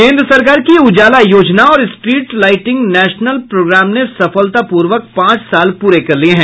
केन्द्र सरकार की उजाला योजना और स्ट्रीट लाइटिंग नेशनल प्रोग्राम ने सफलता पूर्वक पांच साल पूरे कर लिए है